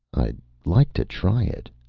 i'd like to try it,